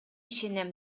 ишенем